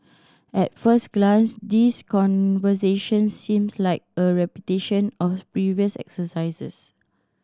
at first glance these conversations seems like a repetition of previous exercises